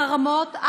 חרמות,